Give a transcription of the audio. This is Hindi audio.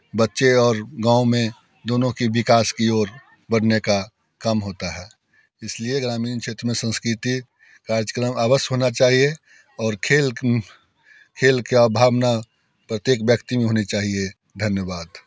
बच्चे और गाँव में दोनों की विकास की ओर बढ़ने का काम होता है इस लिए ग्रामीण क्षेत्र में संस्कृत कार्यक्रम अवश्य होना चाहिए और खेल खेल की भावना प्रत्येक व्यक्ति में होने चाहिए धन्यवाद